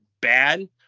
bad